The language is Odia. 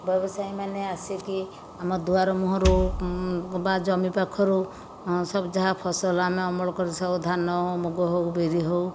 ବ୍ୟବସାୟୀ ମାନେ ଆସିକି ଆମ ଦୁଆର ମୁହଁରୁ ବା ଜମି ପାଖରୁ ସବୁ ଯାହା ଫସଲ ଆମେ ଅମଳ କରିଥାଉ ଧାନ ମୁଗ ହେଉ ବିରି ହେଉ